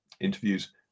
interviews